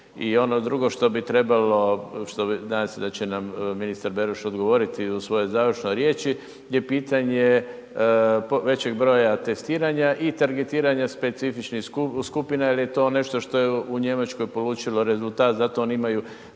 I ono drugo što bi trebalo, nadam se da će nam ministar Beroš odgovoriti u svojoj završnoj riječi je pitanje većeg broja testiranja i targetiranja specifičnih skupina jel je to nešto što je u Njemačkoj polučilo rezultat. Zato oni imaju